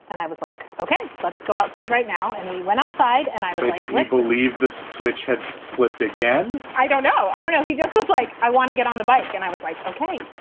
and i was like, ok, let's go outside right now. and we went outside and i really did like believe the switch had flipped again i don't know. i don't know. he just seems like i want to get on the bike. and i was like, ok.